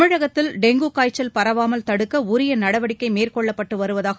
தமிழகத்தில் டெங்கு காய்ச்சல் பரவாமல் தடுக்க உரிய நடவடிக்கை மேற்கொள்ளப்பட்டு வருவதாக